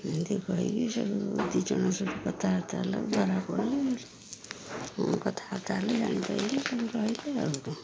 ଏମିତି କହିକି ସବୁ ଦୁଇଜଣ ସବୁ କଥାବାର୍ତ୍ତା ହେଲାରୁ ଜଣାପଡ଼ିଲା କଥାବାର୍ତ୍ତା ହେଲେ ଜାଣିପାରିଲେ ପୁଣି ରହିଲେ ଆଉ